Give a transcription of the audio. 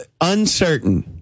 Uncertain